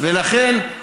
ולכן,